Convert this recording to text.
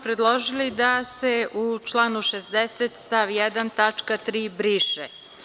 Predložili smo da se u članu 60. stav 1. tačka 3) briše.